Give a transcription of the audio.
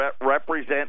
represent